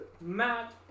Matt